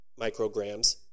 micrograms